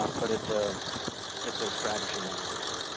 ah but it's ah it's a strategy, nonetheless.